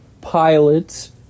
pilots